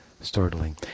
Startling